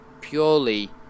purely